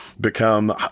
become